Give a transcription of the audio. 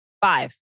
five